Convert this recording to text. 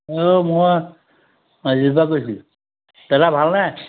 অ মই মাজুলীৰপা কৈছিলোঁ দাদা ভালনে